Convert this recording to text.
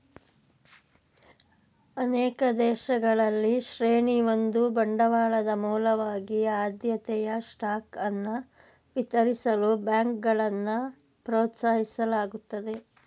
ಅನೇಕ ದೇಶಗಳಲ್ಲಿ ಶ್ರೇಣಿ ಒಂದು ಬಂಡವಾಳದ ಮೂಲವಾಗಿ ಆದ್ಯತೆಯ ಸ್ಟಾಕ್ ಅನ್ನ ವಿತರಿಸಲು ಬ್ಯಾಂಕ್ಗಳನ್ನ ಪ್ರೋತ್ಸಾಹಿಸಲಾಗುತ್ತದೆ